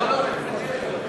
אני מתנצל מראש שהנושא הזה